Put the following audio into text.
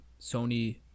Sony